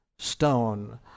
stone